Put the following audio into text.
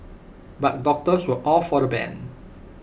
but doctors were all for the ban